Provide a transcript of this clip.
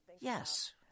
Yes